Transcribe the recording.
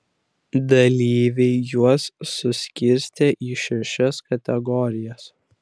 dalyviai juos suskirstė į šešias kategorijas